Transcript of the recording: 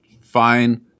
fine